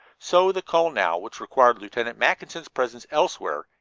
so the call now which required lieutenant mackinson's presence elsewhere,